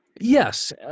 Yes